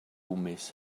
miss